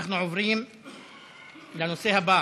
אנחנו עוברים לנושא הבא,